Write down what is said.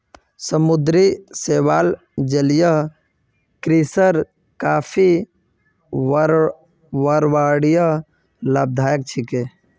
समुद्री शैवाल जलीय कृषिर काफी पर्यावरणीय लाभदायक छिके